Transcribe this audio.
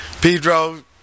Pedro